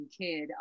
kid